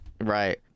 Right